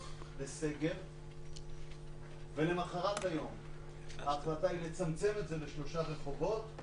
לסגר ולמחרת היום היא לצמצם את זה לשלושה רחובות,